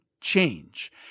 change